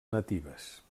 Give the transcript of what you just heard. natives